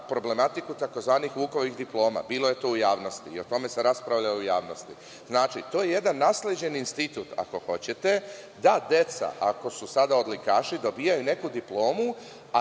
problematiku tzv. Vukovih diploma. Bilo je to u javnosti i o tome se raspravljalo u javnosti. Znači, to je jedan nasleđeni institut da deca ako su sada odlikaši dobijaju neku diplomu,